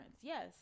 yes